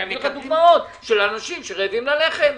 אני אביא לך דוגמאות של אנשים שרעבים ללחם,